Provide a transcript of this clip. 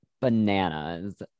bananas